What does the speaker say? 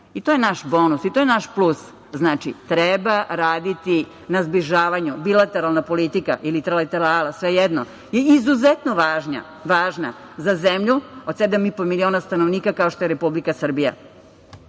To je naš bonus i to je naš plus. Treba raditi na zbližavanju. Bilateralna politika ili trilaterala, svejedno. Izuzetno važna za zemlju od 7,5 stanovnika, kao što je Republika Srbija.